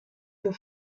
que